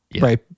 right